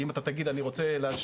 כי אם אתה תגיד אני רוצה להשקיע,